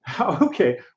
okay